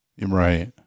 Right